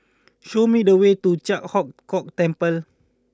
show me the way to Ji Huang Kok Temple